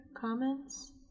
comments